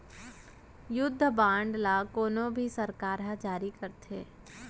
युद्ध बांड ल कोनो भी सरकार ह जारी करथे